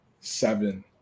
seven